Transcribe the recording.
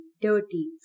dirty